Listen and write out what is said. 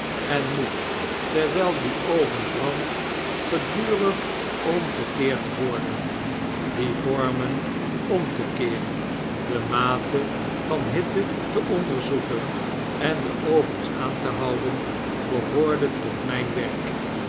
en moet terwyl die oven brandt gedurig omgekeerd worden die vormen om te keeren de mate van hitte te onderzoeken en de ovens aan te houden behoorde tot myn werk